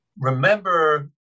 remember